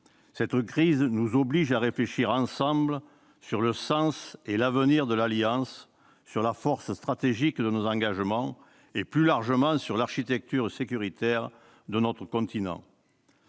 Elle nous oblige à réfléchir ensemble sur le sens et l'avenir de l'Alliance atlantique, sur la force stratégique de nos engagements et, plus largement, sur l'architecture sécuritaire de notre continent.